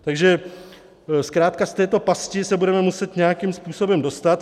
Takže zkrátka z této pasti se budeme muset nějakým způsobem dostat.